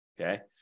okay